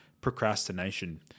procrastination